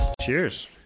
Cheers